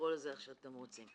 תקראו לזה איך שאתם רוצים.